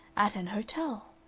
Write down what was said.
at an hotel.